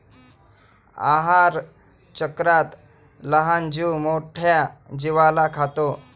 आहारचक्रात लहान जीव मोठ्या जीवाला खातो